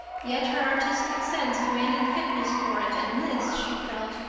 yet her artistic sense demanded fitness for it and this, she felt,